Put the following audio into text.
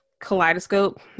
kaleidoscope